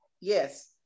Yes